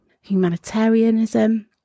humanitarianism